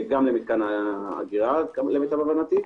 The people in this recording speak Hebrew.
גם למתקן האגירה, למיטב הבנתי.